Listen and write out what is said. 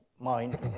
mind